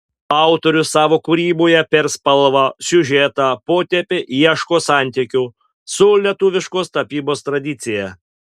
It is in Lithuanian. autorius savo kūryboje per spalvą siužetą potėpį ieško santykio su lietuviškos tapybos tradicija